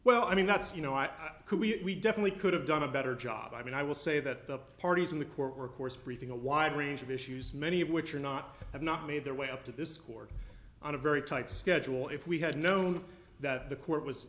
well i mean that's you know i could we definitely could have done a better job i mean i will say that the parties in the court records briefing a wide range of issues many of which are not have not made their way up to this court on a very tight schedule if we had known that the court was